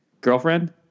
Girlfriend